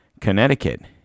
Connecticut